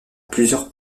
plusieurs